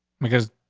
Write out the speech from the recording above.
because,